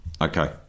Okay